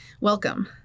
Welcome